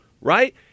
right